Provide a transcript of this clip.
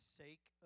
sake